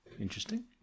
Interesting